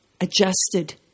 adjusted